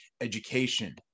education